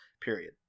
period